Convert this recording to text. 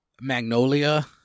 Magnolia